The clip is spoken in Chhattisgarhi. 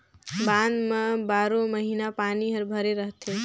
बांध म बारो महिना पानी हर भरे रथे